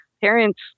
parents